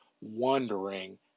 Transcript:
wondering